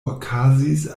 okazis